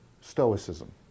Stoicism